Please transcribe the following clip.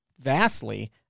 vastly